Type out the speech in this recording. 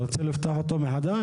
אתה רוצה לפתוח אותו מחדש?